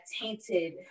tainted